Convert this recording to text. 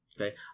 Okay